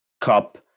cup